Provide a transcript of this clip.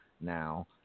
now